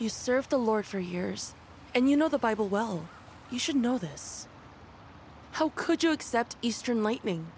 you serve the lord for years and you know the bible well you should know this how could you except eastern lightning